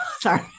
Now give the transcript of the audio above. sorry